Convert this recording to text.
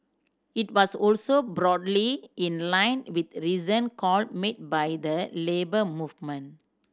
it was also broadly in line with recent call made by the Labour Movement